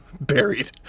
buried